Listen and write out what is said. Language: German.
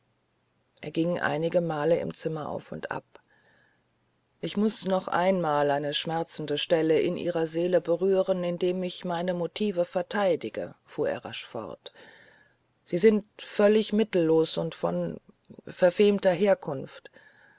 er ging einigemal im zimmer auf und ab ich muß noch einmal eine schmerzende stelle in ihrer seele berühren indem ich meine motive verteidige fuhr er rasch fort sie sind völlig mittellos und von verfemter herkunft